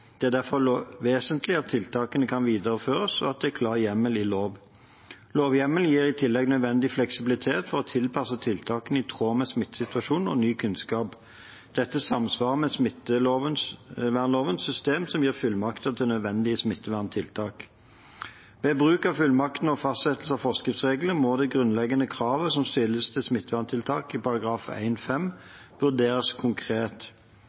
Det er derfor vesentlig at tiltakene kan videreføres, og at det er klar hjemmel i lov. Lovhjemmelen gir i tillegg nødvendig fleksibilitet for å tilpasse tiltakene i tråd med smittesituasjonen og ny kunnskap. Dette samsvarer med smittevernlovens system, som gir fullmakter til nødvendige smitteverntiltak. Ved bruk av fullmaktene og fastsettelse av forskriftsreglene må de grunnleggende kravene som stilles til smitteverntiltak i § 1-5, vurderes konkret.